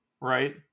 right